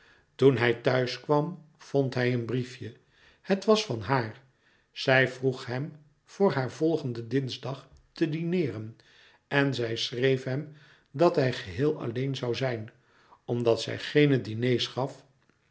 toen hij thuiskwam vond hij een briefje het was van haar zij vroeg hem voor haar volgenden dinsdag te dineeren en zij schreef hem dat hij geheel alleen zoû zijn omdat zij geene diners gaf